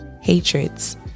Hatreds